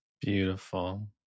Beautiful